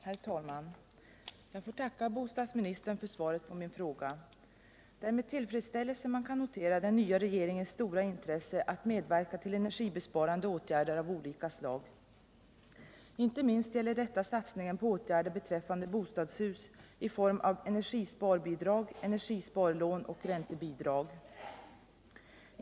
Herr talman! Jag får tacka bostadsministern för svaret på min fråga. Det är med tillfredsställelse man kan notera den nya regeringens stora intresse att medverka till energibesparande åtgärder av olika slag. Inte minst gäller detta satsningen på åtgärder beträffande bostadshus i form av encergisparbidrag, energisparlån och räntebidrag.